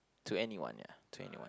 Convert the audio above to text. to anyone ya to anyone